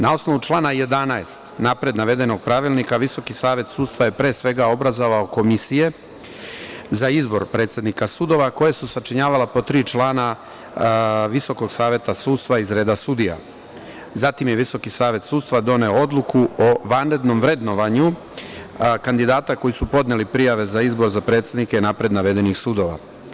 Na osnovu člana 11. napred navedenog pravilnika, VSS je pre svega obrazovao komisije za izbor predsednika sudova, koje su sačinjavala po tri člana VSS iz reda sudija, zatim je VSS doneo odluku o vanrednom vrednovanju kandidata koji su podneli prijave za izbor za predsednike napred navedenih sudova.